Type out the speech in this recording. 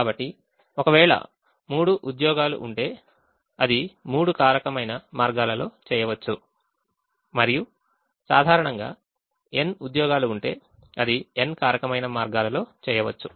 కాబట్టి ఒకవేళ మూడు ఉద్యోగాలు ఉంటే అది మూడు కారకమైన మార్గాల్లో చేయవచ్చు మరియు సాధారణంగా n ఉద్యోగాలు ఉంటే అది n కారకమైన మార్గాల్లో చేయవచ్చు